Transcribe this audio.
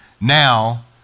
Now